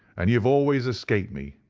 and you have always escaped me.